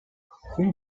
хүн